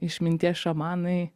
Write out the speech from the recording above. išminties šamanai